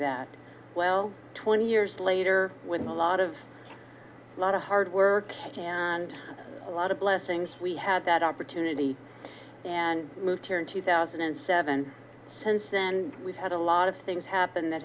that well twenty years later when a lot of a lot of hard work and a lot of blessings we had that opportunity and moved here in two thousand and seven since then we've had a lot of things happen that